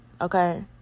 Okay